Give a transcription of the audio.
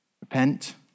Repent